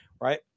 right